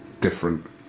different